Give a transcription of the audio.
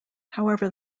however